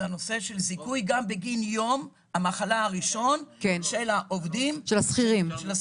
זה הנושא של זיכוי גם בגין יום המחלה הראשון של העובדים השכירים.